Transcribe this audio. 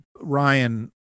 Ryan